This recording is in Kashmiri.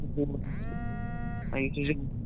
زٕ ژور قٕسٕم آ یہِ کہِ